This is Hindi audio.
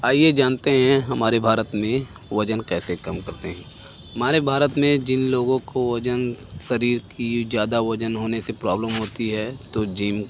आइए जानते हैं हमारे भारत में वज़न कैसे कम करते हैं हमारे भारत में जिन लोगों को वज़न शरीर की ज़्यादा वज़न होने से प्रॉब्लम होती है तो जिम